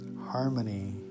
harmony